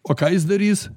o ką jis darys